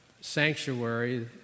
sanctuary